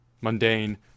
mundane